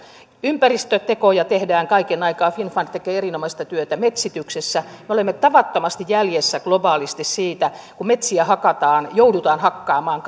ympäristötekoja tehdään kaiken aikaa finnfund tekee erinomaista työtä metsityksessä me olemme tavattomasti jäljessä globaalisti siitä kun metsiä joudutaan hakkaamaan